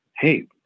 Hey